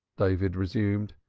david resumed,